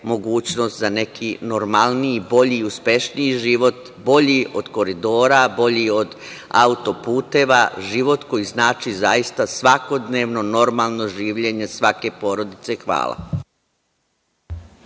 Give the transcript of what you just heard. mogućnost za neki normalniji, bolji i uspešniji život, bolji od koridora, bolji od autoputeva, život koji znači zaista svakodnevno normalno življenje svake porodice. Hvala.